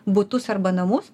butus arba namus